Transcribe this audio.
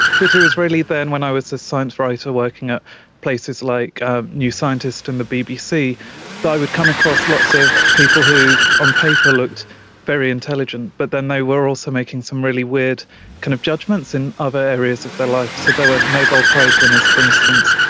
but it was really then when i was a science writer working at places like ah new scientist and the bbc that i would come across lots of people who on paper looked very intelligent but then they were also making some really weird kind of judgements in other areas of their life. so they were nobel prize winners, for instance,